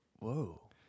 Whoa